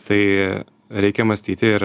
tai reikia mąstyti ir